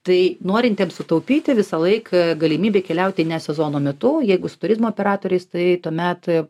tai norintiems sutaupyti visąlaik galimybė keliauti ne sezono metu jeigu su turizmo operatoriais tai tuomet